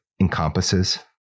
encompasses